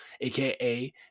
AKA